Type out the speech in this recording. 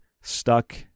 Stuck